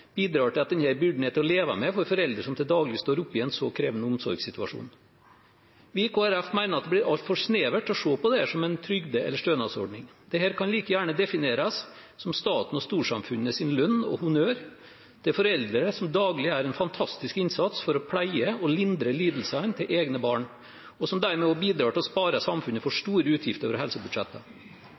bidrar til at denne byrden er til å leve med for foreldre som til daglig står oppe i en så krevende omsorgssituasjon. Vi i Kristelig Folkeparti mener at det blir altfor snevert å se på dette som en trygde- eller stønadsordning. Dette kan like gjerne defineres som statens og storsamfunnets lønn og honnør til foreldre som daglig gjør en fantastisk innsats for å pleie og lindre lidelsene til egne barn, og som dermed også bidrar til å spare samfunnet for store utgifter over helsebudsjettet.